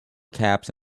caps